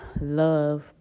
love